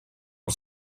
amb